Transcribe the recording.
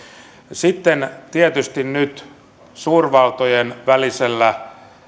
sitten tietysti suurvaltojen välisessä